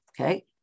Okay